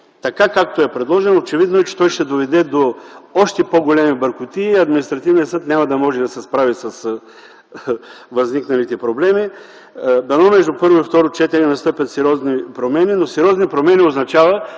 така, както е предложен, очевидно той ще доведе до още по-големи бъркотии и Административният съд няма да може да се справи с възникналите проблеми. Дано между първо и второ четене настъпят сериозни промени, но сериозни промени означава